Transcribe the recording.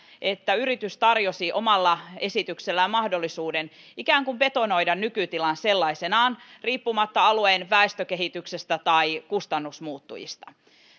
että yritys tarjosi omalla esityksellään mahdollisuuden ikään kuin betonoida nykytilan sellaisenaan riippumatta alueen väestökehityksestä tai kustannusmuuttujista